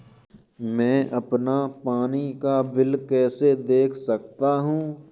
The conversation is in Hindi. मैं अपना पानी का बिल कैसे देख सकता हूँ?